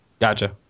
gotcha